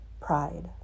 Pride